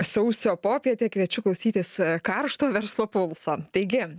sausio popietę kviečiu klausytis karšto verslo pulso taigi